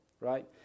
right